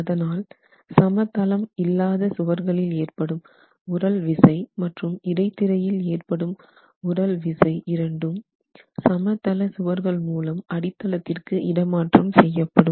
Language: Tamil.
அதனால் சமதளம் இல்லாத சுவர்களில் ஏற்படும் உறழ் விசை மற்றும் இடைத்திரையில் ஏற்படும் உறழ் விசை இரண்டும் சமதள சுவர்கள் மூலம் அடித்தளத்திற்கு இடமாற்றம் செய்யப்படும்